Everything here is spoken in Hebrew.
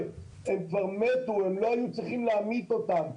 הם לא היו צריכים להמית אותן.